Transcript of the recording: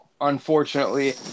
Unfortunately